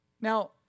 Now